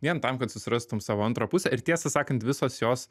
vien tam kad susirastum savo antrą pusę ir tiesą sakant visos jos